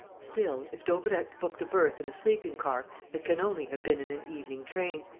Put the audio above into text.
still, if daubrecq booked a berth in a sleeping-car, it can only have been in an evening train.